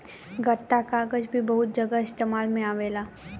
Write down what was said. गत्ता कागज़ भी बहुत जगह इस्तेमाल में आवेला